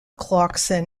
clarkson